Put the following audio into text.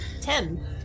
Ten